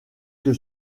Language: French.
que